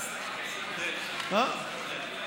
עודד.